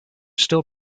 still